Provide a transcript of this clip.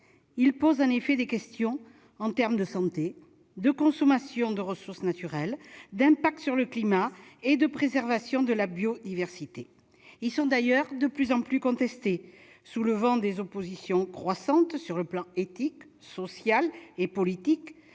Ils posent en effet des questions en termes de santé, de consommation de ressources naturelles, d'impacts sur le climat et de préservation de la biodiversité. Ils sont d'ailleurs de plus en plus contestés, soulevant des oppositions croissantes sur les plans éthique, social et politique,